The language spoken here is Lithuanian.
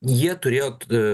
jie turėjo